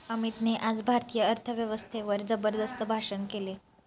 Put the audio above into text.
अमितने आज भारतीय अर्थव्यवस्थेवर जबरदस्त भाषण केले